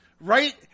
Right